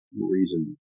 reason